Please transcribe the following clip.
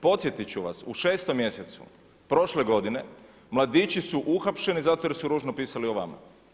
Podsjetiti ću vas, u 6. mjesecu, prošle godine, mladići su uhapšeni, zato što su ružno pisali o vama.